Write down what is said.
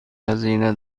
هزینه